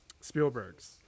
Spielberg's